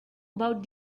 about